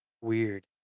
weird